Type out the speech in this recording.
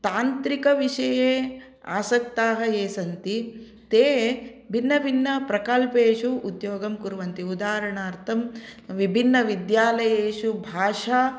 तान्त्रिकविषये आसक्ताः ये सन्ति ते भिन्नभिन्नप्रकल्पेषु उद्योगं कुर्वन्ति उदाहरणार्थं विभिन्नविद्यालयेषु भाषा